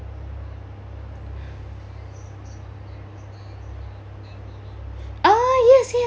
ah yes yes